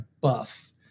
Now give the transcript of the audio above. buff